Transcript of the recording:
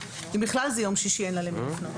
אם בכלל זה יום שישי אין לה למי לפנות.